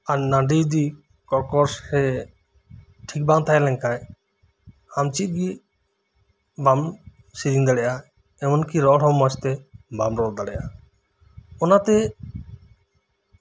ᱟᱨ ᱱᱟᱹᱰᱨᱤ ᱡᱩᱫᱤ ᱠᱚᱨᱠᱚᱥ ᱥᱮ ᱴᱷᱤᱠ ᱵᱟᱝ ᱛᱟᱦᱮᱸᱞᱮᱱ ᱠᱷᱟᱡ ᱟᱢ ᱪᱮᱫ ᱜᱮ ᱵᱟᱢ ᱥᱤᱨᱤᱧ ᱫᱟᱲᱮᱭᱟᱜᱼᱟ ᱮᱢᱚᱱ ᱠᱤ ᱨᱚᱲ ᱦᱚᱸ ᱢᱚᱸᱡ ᱛᱮ ᱵᱟᱢ ᱨᱚᱲ ᱫᱟᱲᱮᱭᱟᱜᱼᱟ ᱚᱱᱟᱛᱮ